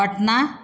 Patna